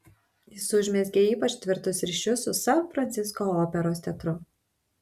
jis užmezgė ypač tvirtus ryšius su san francisko operos teatru